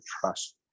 trust